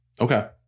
Okay